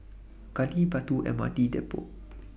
Gali Batu MRT Depot